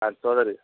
ପାଞ୍ଚହଜାର